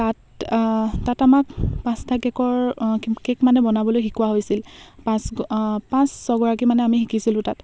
তাত তাত আমাক পাঁচটা কে'কৰ কে'ক মানে বনাবলৈ শিকোৱা হৈছিল পাঁচ পাঁচ ছয়গৰাকীমানে আমি শিকিছিলো তাত